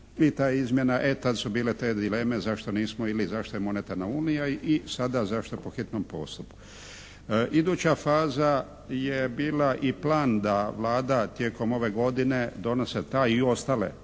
… /Ne razumije se./ … su bile te dileme zašto nismo ili zašto je monetarna unija i sada zašto po hitnom postupku. Iduća faza je bila i plan da Vlada tijekom ove godine donosi te i ostale